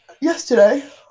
Yesterday